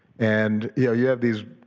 and yeah you have these,